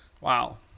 Wow